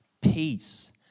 peace